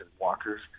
walkers